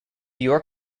york